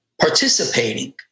participating